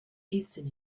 eastern